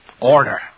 order